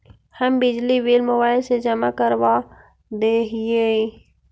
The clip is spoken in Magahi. हम बिजली बिल मोबाईल से जमा करवा देहियै?